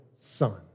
son